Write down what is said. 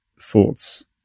thoughts